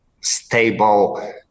stable